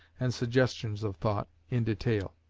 and suggestions of thought, in detail.